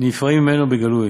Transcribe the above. נפרעין ממנו בגלוי,